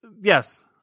yes